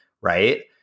Right